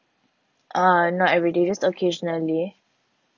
uh not everyday just occasionally